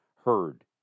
heard